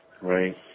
Right